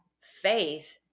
faith